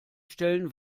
stellen